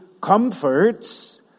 comforts